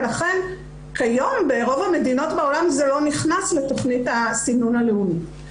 ולכן כיום ברוב המדינות בעולם זה לא נכנס לתוכנית הסינון הלאומית.